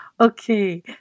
Okay